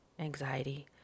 anxiety